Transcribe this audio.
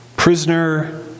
Prisoner